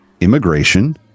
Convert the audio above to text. immigration